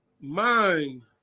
Mind